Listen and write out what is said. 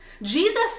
Jesus